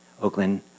Oakland